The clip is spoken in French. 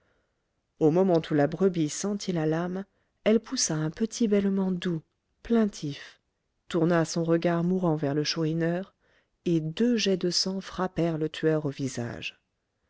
au moment où la brebis senti la lame elle poussa un petit bêlement doux plaintif tourna son regard mourant vers le chourineur et deux jets de sang frappèrent le tueur au visage